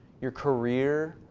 your career,